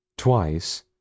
twice